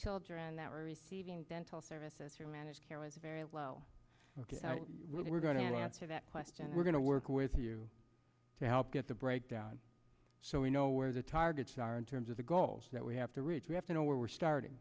children that are receiving dental services through managed care very well ok we're going to answer that question and we're going to work with you to help get the breakdown so we know where the targets are in terms of the goals that we have to reach we have to know where we're start